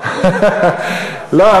אין מספיק ביצים בשביל שקשוקה.